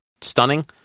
stunning